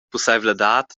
pusseivladad